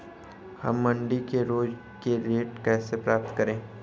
हम मंडी के रोज के रेट कैसे पता करें?